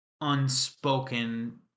unspoken